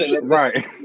Right